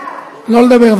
לא לדבר,